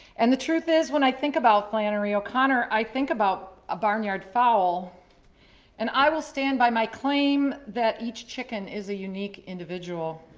and the truth is when i think about flannery o'connor, i think about a barnyard fowl and i will stand by my claim that each chicken is a unique individual.